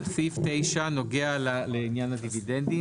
סעיף 9 נוגע לעניין הדיבידנדים.